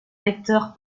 vecteur